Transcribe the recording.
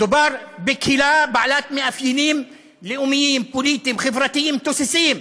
מדובר בקהילה בעלת מאפיינים לאומיים-פוליטיים-חברתיים תוססים.